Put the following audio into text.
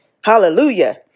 Hallelujah